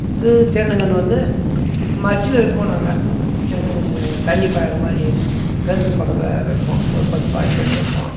இது தென்னங்கன்று வந்து மர்ஷில வைப்போம் நாங்கள் தென்னங்கன்று தண்ணி பாயுற மாதிரி கிணத்துக்குப் பக்கத்தில் வைப்போம் ஒரு பத்து பாஞ்சு கன்று வைப்போம்